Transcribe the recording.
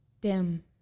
Dim